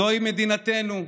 זוהי מדינתנו,